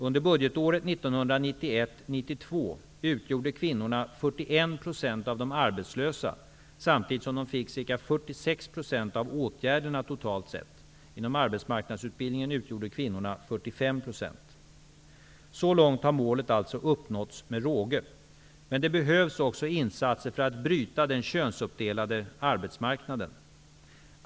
Under budgetåret 1991/92 utgjorde kvinnorna 41 % av de arbetslösa, samtidigt som åtgärderna till ca 46 % Så långt har målet alltså uppnåtts med råge, men det behövs också insatser för att bryta den könsuppdelade arbetsmarknaden.